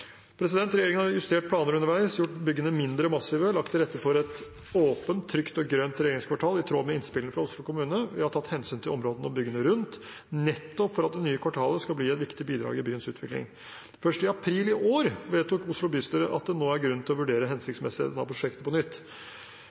Regjeringen har justert planer underveis, gjort byggene mindre massive og lagt til rette for et åpent, trygt og grønt regjeringskvartal i tråd med innspillene fra Oslo kommune. Vi har tatt hensyn til områdene og byggene rundt, nettopp for at det nye kvartalet skal bli et viktig bidrag i byens utvikling. Først i april i år vedtok Oslo bystyre at det nå er grunn til å vurdere hensiktsmessigheten av prosjektet på nytt.